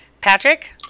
Patrick